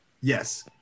Yes